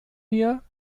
wir